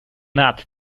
not